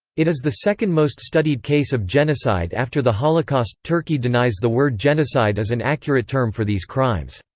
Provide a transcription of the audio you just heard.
it is the second most-studied case of genocide after the holocaust turkey denies the word genocide is an accurate term for these crimes.